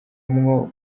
mwo